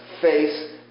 face